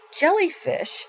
Jellyfish